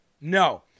No